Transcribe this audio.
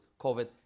covid